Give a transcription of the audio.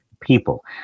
people